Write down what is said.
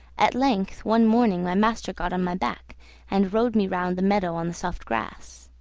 at length, one morning, my master got on my back and rode me round the meadow on the soft grass.